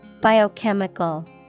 Biochemical